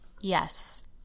yes